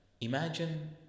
imagine